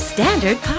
Standard